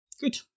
Good